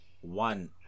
one